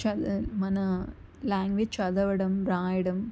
మన లాంగ్వేజ్ చదవడం రాయడం